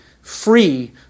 free